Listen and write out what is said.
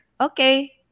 Okay